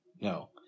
No